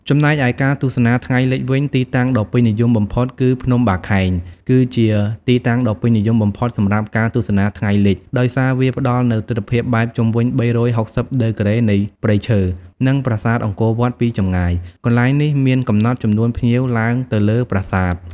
ចំណែកឯការទស្សនា ថ្ងៃលិច វិញ ទីតាំងដ៏ពេញនិយមបំផុតគឺ ភ្នំបាខែង គឺជាទីតាំងដ៏ពេញនិយមបំផុតសម្រាប់ការទស្សនាថ្ងៃលិច ដោយសារវាផ្តល់នូវទិដ្ឋភាពបែប ជុំវិញ ៣៦០ ដឺក្រេនៃព្រៃឈើ និងប្រាសាទអង្គរវត្តពីចម្ងាយ។ កន្លែងនេះមានកំណត់ចំនួនភ្ញៀវឡើងទៅលើប្រាសាទ។